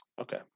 Okay